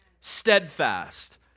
steadfast